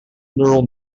neural